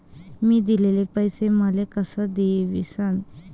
मी दिलेला पैसा मले कसा दिसन?